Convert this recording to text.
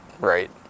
right